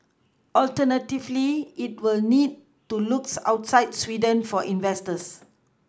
alternatively it will need to looks outside Sweden for investors